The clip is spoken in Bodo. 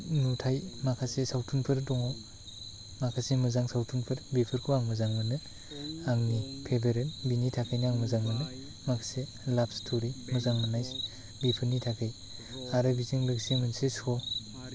नुथाय माखासे सावथुनफोर दङ माखासे मोजां सावथुनफोर बेफोरखौ आं मोजां मोनो आंनि फेभारेट बिनि थाखायनो आं मोजां मोनो माखासे लाभ स्ट'रि मोजां मोन्नाय बेफोरनि थाखाय आरो बेजों लोगोसे मोनसे श'